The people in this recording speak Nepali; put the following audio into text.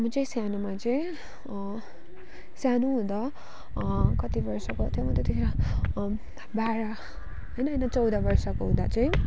म चाहिँ सानोमा चाहिँ सानु हुँदा कति वर्षको थिएँ हौ म त्यतिखेर बाह्र होइन होइन चौध वर्षको हुँदा चाहिँ